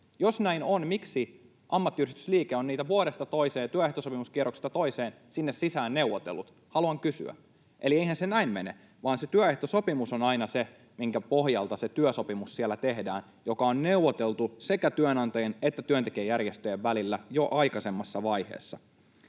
Jos näin on, miksi ammattiyhdistysliike on niitä vuodesta toiseen, työehtosopimuskierroksesta toiseen sinne sisään neuvotellut? Haluan kysyä. Eli eihän se näin mene, vaan se työehtosopimus on aina se, minkä pohjalta tehdään siellä se työsopimus, joka on neuvoteltu sekä työnantajien että työntekijäjärjestöjen välillä jo aikaisemmassa vaiheessa.